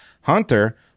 Hunter